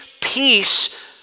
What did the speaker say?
peace